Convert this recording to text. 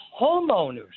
homeowners